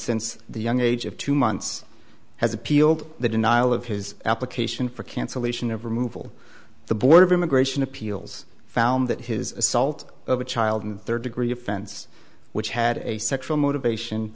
since the young age of two months has appealed the denial of his application for cancellation of removal the board of immigration appeals found that his assault of a child in the third degree offense which had a sexual motivation